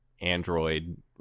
android